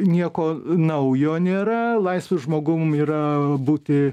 nieko naujo nėra laisvu žmogum yra būti